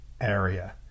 area